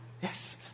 Yes